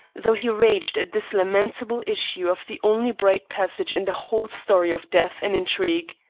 though he raged at this lamentable issue of the only bright passage in the whole story of death and intrigue.